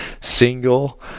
single